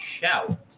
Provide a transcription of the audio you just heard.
shout